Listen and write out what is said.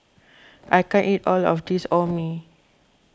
I can't eat all of this Orh Nee